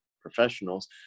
professionals